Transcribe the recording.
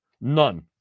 none